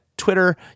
twitter